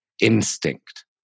instinct